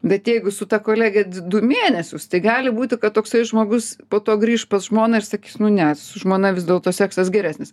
bet jeigu su ta kolege du mėnesius tai gali būti kad toksai žmogus po to grįš pas žmoną ir sakys nu ne su žmona vis dėlto seksas geresnis